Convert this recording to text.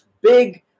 big